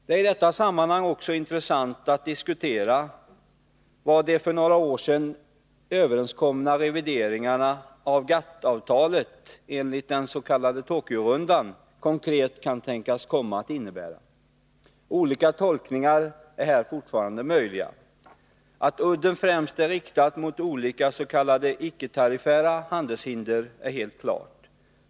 Det är i detta sammanhang också intressant att diskutera vad de för några år sedan överenskomna revideringarna av GATT-avtalet, enligt den s.k. Tokyorundan, konkret kan tänkas komma att innebära. Olika tolkningar är här fortfarande möjliga. Att udden främst är riktad mot olika s.k. icke-tariffära handelshinder är helt klart.